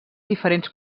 diferents